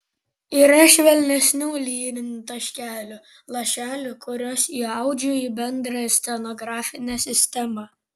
yra švelnesnių lyrinių taškelių lašelių kuriuos įaudžiu į bendrą scenografinę sistemą